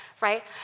right